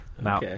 Now